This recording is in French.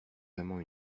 vraiment